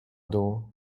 dół